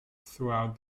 throughout